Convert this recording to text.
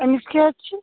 أمِس کیٛاہ حظ چھُ